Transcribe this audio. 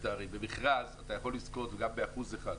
במכרז אתה יכול לזכות באחוז אחד.